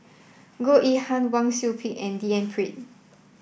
Goh Yihan Wang Sui Pick and D N Pritt